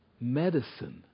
Medicine